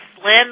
Slim